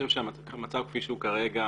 כפי שהוא כרגע